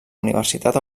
universitat